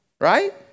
Right